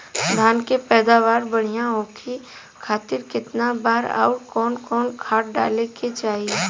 धान के पैदावार बढ़िया होखे खाती कितना बार अउर कवन कवन खाद डाले के चाही?